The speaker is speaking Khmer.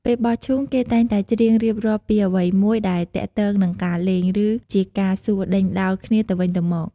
ពេលបោះឈូង គេតែងតែច្រៀងរៀបរាប់ពីអ្វីមួយដែលទាក់ទងនឹងការលេង ឬជាការសួរដេញដោលគ្នាទៅវិញទៅមក។